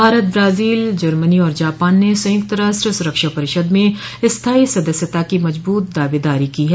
Bharat Brazil Germany और Japan ने संयुक्त राष्ट्र सुरक्षा परिषद में स्थाई सदस्यता की मजबूत दावेदारी की है